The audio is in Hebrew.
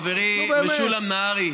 חברי משולם נהרי,